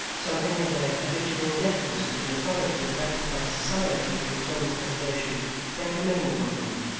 something of their habitual deference to the authority erected by society for its own preservation yet remained among them,